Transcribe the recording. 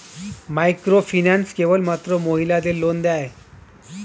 Microfinance কেবলমাত্র মহিলাদের loan দেয়?